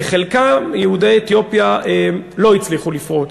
בחלקם יהודי אתיופיה לא הצליחו לפרוץ.